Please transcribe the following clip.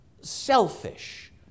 selfish